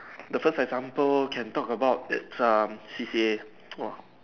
the first example can talk about it's um C_C_A !woah!